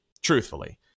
Truthfully